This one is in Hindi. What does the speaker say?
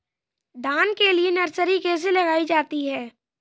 धान के लिए नर्सरी कैसे लगाई जाती है?